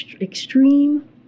extreme